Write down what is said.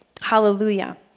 Hallelujah